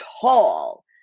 tall